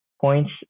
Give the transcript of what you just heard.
points